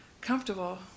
comfortable